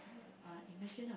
uh imagine ah